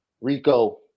Rico